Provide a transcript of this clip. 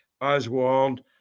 Oswald